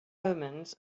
omens